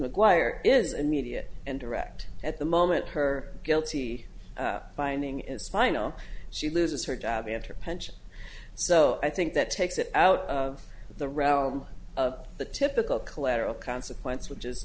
mcguire is immediate and direct at the moment her guilty binding is final she loses her job you enter so i think that takes it out of the realm of the typical collateral consequence